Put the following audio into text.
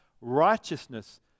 righteousness